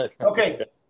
Okay